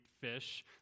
fish